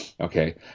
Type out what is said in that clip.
Okay